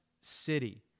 city